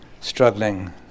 struggling